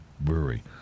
brewery